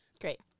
Great